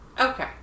Okay